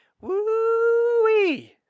Woo-wee